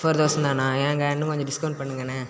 four தௌசண்தானா ஏங்க இன்னும் கொஞ்சம் டிஸ்கவுண்ட் பண்ணுங்கண்ணே